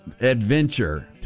adventure